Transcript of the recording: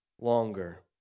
longer